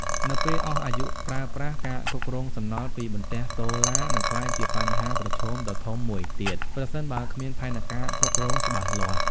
នៅពេលអស់អាយុប្រើប្រាស់ ការគ្រប់គ្រងសំណល់ពីបន្ទះសូឡា នឹងក្លាយជាបញ្ហាប្រឈមដ៏ធំមួយទៀត ប្រសិនបើគ្មានផែនការគ្រប់គ្រងច្បាស់លាស់។